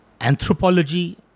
anthropology